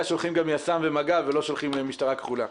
שולחים גם יס"מ ומג"ב ולא שולחים משטרה כחולה.